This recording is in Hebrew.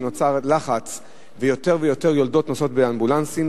כי נוצר לחץ ויותר ויותר יולדות נוסעות באמבולנסים,